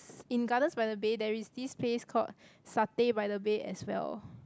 in Gardens-by-the-Bay there is this place called Satay-by-the-Bay as well